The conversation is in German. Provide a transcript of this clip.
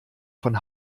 von